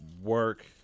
work